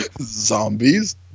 zombies